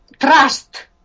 trust